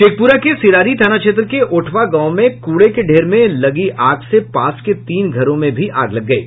शेखप्रा के सिरारी थाना क्षेत्र के ओठवा गांव में कूड़े के ढेर में लगी आग से पास के तीन घरों में भी आग लग गयी